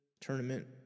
tournament